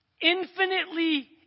infinitely